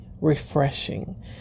refreshing